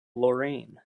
lorraine